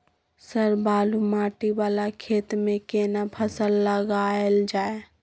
Sir बालू माटी वाला खेत में केना फसल लगायल जाय?